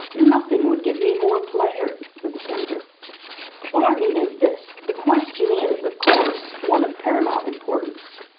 nothing would give me more pleasure, said the senator but what i mean is this the question is, of course, one of paramount importance.